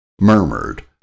murmured